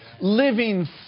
Living